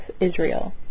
Israel